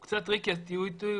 הוא קצת טריקי, אז תהיו איתי.